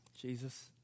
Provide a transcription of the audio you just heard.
Jesus